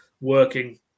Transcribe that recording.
working